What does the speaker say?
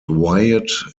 wyatt